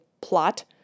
plot